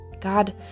God